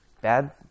bad